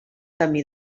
camí